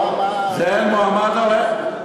זה מועמד הולם,